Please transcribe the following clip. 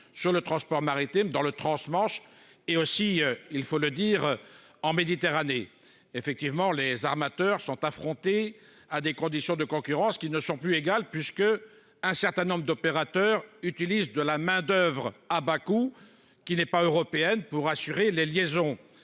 sur le transport maritime dans le transmanche et aussi il faut le dire, en Méditerranée, effectivement, les armateurs sont affrontés à des conditions de concurrence qui ne sont plus égales puisque un certain nombre d'opérateurs utilisent de la main-d'oeuvre à bas coût qui n'est pas européenne pour assurer les liaisons